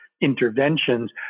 interventions